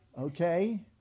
okay